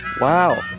Wow